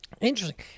Interesting